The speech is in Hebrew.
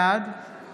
בעד